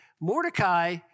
Mordecai